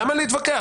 למה להתווכח?